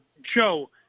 Joe